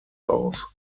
aus